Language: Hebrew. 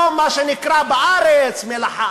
או מה שנקרא בארץ מלח הארץ,